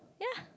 yeah